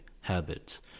habits